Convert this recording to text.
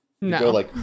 No